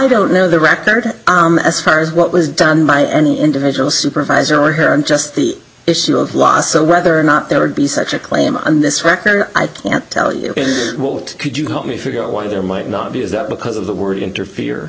don't know the record as far as what was done by any individual supervisor here in just the issue of law so whether or not there would be such a claim on this record i can't tell you what could you help me figure out why there might not be is that because of the word interfere